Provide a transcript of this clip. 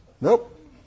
Nope